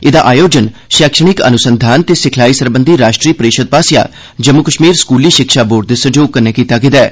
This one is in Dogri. एदा आयोजन शैक्षणिक अनुसंघान ते सिखलाई सरबंघी राश्ट्रीय परिषद आस्सेआ जम्मू कश्मीर स्कूली शिक्षा बोर्ड दे सैह्योग कन्नै कीत्ता गेदा ऐ